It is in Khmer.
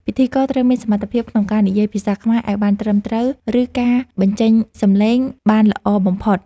ពិធីករត្រូវមានសមត្ថភាពក្នុងការនិយាយភាសាខ្មែរឱ្យបានត្រឹមត្រូវ ឬ ការបញ្ចេញសម្លេងបានល្អបំផុត។